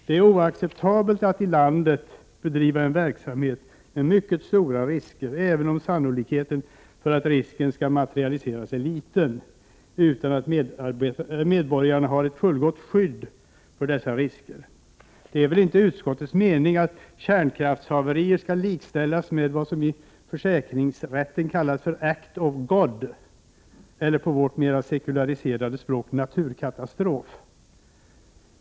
Det är oacceptabelt att i landet bedriva en verksamhet med mycket stora risker — även om sannolikheten för att risken skall materialiseras är liten — utan att medborgarna har ett fullgott skydd för dessa risker. Det är väl ändå inte utskottets mening att kärnkraftshaverier skall likställas med vad som i försäkringsrätten kallas ”act of God”, eller på vårt något mer sekulariserade språk: naturkatastrof?